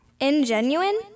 Ingenuine